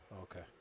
Okay